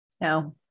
No